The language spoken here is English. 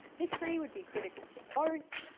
history would be critical to both